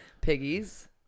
Piggies